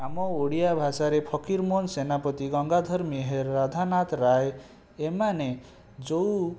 ଆମ ଓଡ଼ିଆ ଭାଷାରେ ଫକୀରମୋହନ ସେନାପତି ଗଙ୍ଗାଧର ମେହେର ରାଧାନାଥ ରାୟ ଏମାନେ ଯେଉଁ